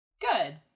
good